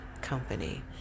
company